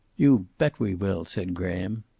you bet we will, said graham.